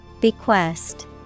Bequest